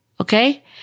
Okay